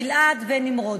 לגלעד ונמרוד.